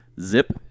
zip